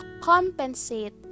compensate